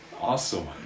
Awesome